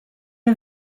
are